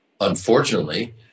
unfortunately